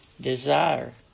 desire